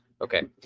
Okay